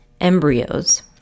embryos